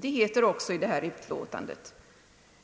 Det heter också i det här utlåtandet: »